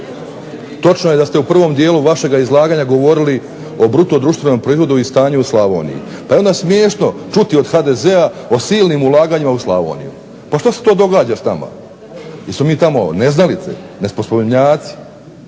točno je da ste u prvom dijelu vašega izlaganja govorili o bruto-društvenom proizvodu i stanju u Slavoniji, danas je smiješno čuti od HDZ-a o silnim ulaganjima u Slavoniju, što se to događa s nama, pa smo mi tamo neznalice, nesposobnjaci,